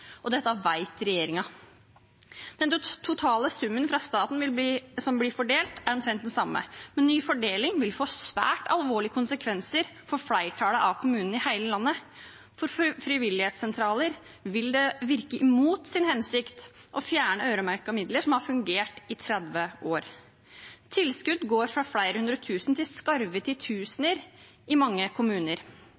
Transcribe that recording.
hardt. Dette vet regjeringen. Den totale summen fra staten som vil bli fordelt, er omtrent den samme, men ny fordeling får svært alvorlige konsekvenser for flertallet av kommunene i hele landet. For frivilligsentralene vil det virke mot sin hensikt å fjerne øremerkede midler som har fungert i 30 år. Tilskuddet går fra flere hundre tusen kroner til skarve